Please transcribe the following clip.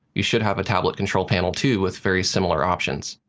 you should have a tablet control panel, too with very similar options.